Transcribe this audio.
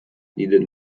needed